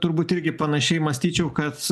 turbūt irgi panašiai mąstyčiau kad